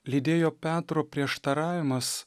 lydėjo petro prieštaravimas